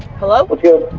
hello? let's go,